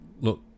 look